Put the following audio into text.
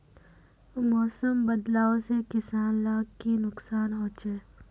मौसम बदलाव से किसान लाक की नुकसान होचे?